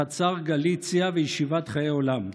חצר גליציה וישיבת חיי עולם.